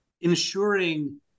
ensuring